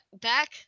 back